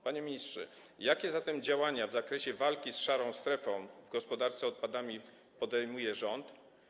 Panie ministrze, jakie zatem działania w zakresie walki z szarą strefą w gospodarce odpadami podejmuje rząd?